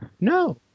No